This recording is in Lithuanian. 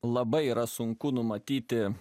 labai yra sunku numatyti